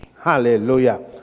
Hallelujah